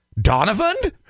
Donovan